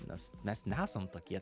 nes mes nesam tokie